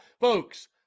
Folks